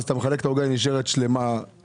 אז אתה מחלק את העוגה היא נשארת שלמה כביכול.